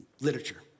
literature